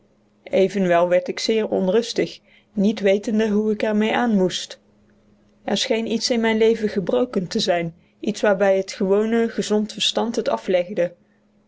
werd ik zeer onrustig niet wetend hoe ik er mee aan moest er scheen iets in mijn leven gebroken te zijn iets waarbij het gewone gezond verstand het aflegde